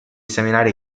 esaminare